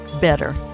better